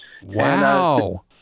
Wow